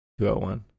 201